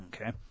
Okay